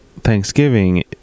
Thanksgiving